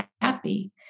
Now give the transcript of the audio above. happy